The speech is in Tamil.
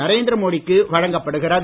நரேந்திரமோடிக்கு வழங்கப்படுகிறது